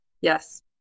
Yes